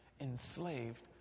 enslaved